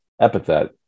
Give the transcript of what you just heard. epithet